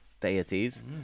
Deities